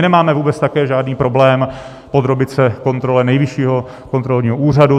My nemáme vůbec také žádný problém podrobit se kontrole Nejvyššího kontrolního úřadu.